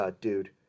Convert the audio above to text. dude